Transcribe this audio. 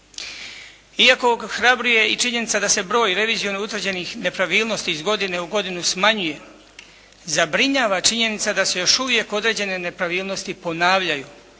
Iako ohrabruje i činjenica da se broj revizijom utvrđenih nepravilnosti iz godine u godinu smanjuje zabrinjava činjenica da se još uvijek određene nepravilnosti ponavljaju,